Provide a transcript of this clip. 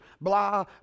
Blah